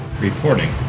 reporting